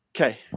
Okay